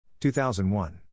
2001